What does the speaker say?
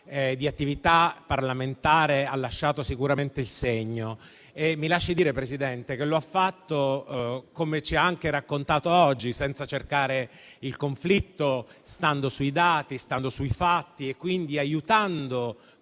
di attività parlamentare, ha lasciato sicuramente il segno. Mi lasci dire, signor Presidente, che lo ha fatto, come ci ha anche raccontato oggi, senza cercare il conflitto, stando ai dati e ai fatti, quindi aiutando